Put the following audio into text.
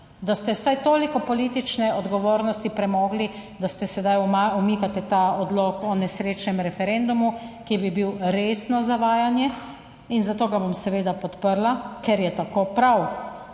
da ste vsaj toliko politične odgovornosti premogli, da sedaj umikate ta odlok o nesrečnem referendumu, ki bi bil resno zavajanje in zato ga bom seveda podprla, ker je tako prav.